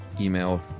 email